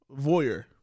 voyeur